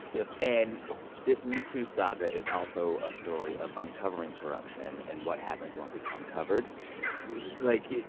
yes. and this metoo saga is also a story of uncovering corruption and what happens once it's uncovered absolutely like,